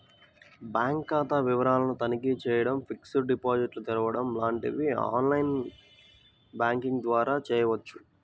bank ఖాతా వివరాలను తనిఖీ చేయడం, ఫిక్స్డ్ డిపాజిట్లు తెరవడం లాంటివి ఆన్ లైన్ బ్యాంకింగ్ ద్వారా చేయవచ్చు